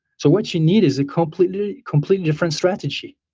so what you need is a completely completely different strategy